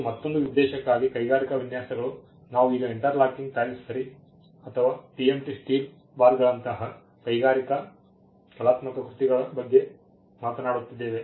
ಇದು ಮತ್ತೊಂದು ಉದ್ದೇಶಕ್ಕಾಗಿ ಕೈಗಾರಿಕಾ ವಿನ್ಯಾಸಗಳು ನಾವು ಈಗ ಇಂಟರ್ಲಾಕಿಂಗ್ ಟೈಲ್ಸ್ ಸರಿ ಅಥವಾ TMT ಸ್ಟೀಲ್ ಬಾರ್ಗಳಂತಹ ಕೈಗಾರಿಕಾ ಕಲಾತ್ಮಕ ಕೃತಿಗಳ ಬಗ್ಗೆ ಮಾತನಾಡುತ್ತಿದ್ದೇವೆ